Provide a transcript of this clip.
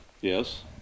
Yes